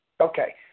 Okay